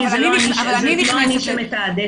אני לא אמרתי שהם יותר חשובים.